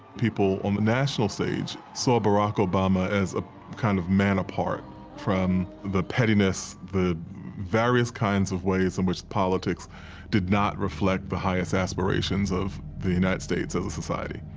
people on the national stage saw barack obama as a kind of man apart from the pettiness, the various kinds of ways in which politics did not reflect the highest aspirations of the united states as a society.